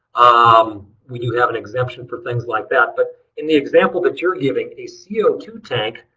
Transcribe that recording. um we do have an exemption for things like that. but in the example that you're giving, a c o two tank,